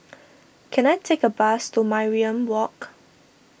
can I take a bus to Mariam Walk